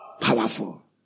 Powerful